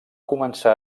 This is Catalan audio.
començar